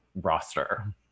roster